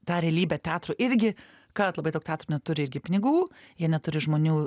tą realybę teatro irgi kad labai daug teatrų neturi pinigų jie neturi žmonių